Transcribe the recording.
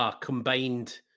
combined